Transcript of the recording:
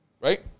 Right